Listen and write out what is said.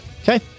Okay